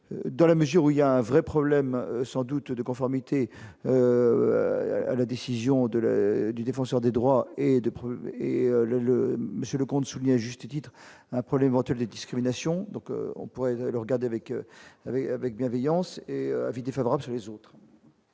dans la mesure où il y a un vrai problème sans doute de conformité à la décision de la du défenseur des droits et de et le monsieur Leconte souligne à juste titre, après l'éventuelle les discriminations donc on pourrait le regarder avec avec bienveillance et avis défavorables sur les autres.